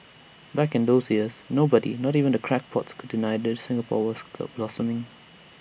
back in those years nobody not even the crackpots could deny that Singapore was blossoming